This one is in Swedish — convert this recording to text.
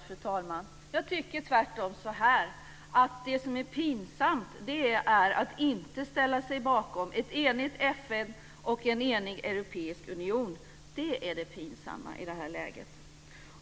Fru talman! Nej, jag tycker inte att det är pinsamt, fru talman. Jag tycker tvärtom att det som är pinsamt är att inte ställa sig bakom ett enigt FN och en enig europeisk union. Det är det pinsamma i detta läge.